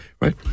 right